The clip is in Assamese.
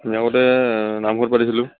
আমি আগতে নামঘৰত পাতিছিলোঁ